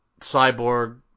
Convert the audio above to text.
Cyborg